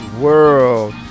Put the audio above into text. world